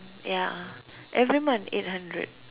ya every month eight hundred